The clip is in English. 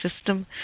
system